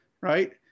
right